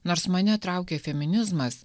nors mane traukė feminizmas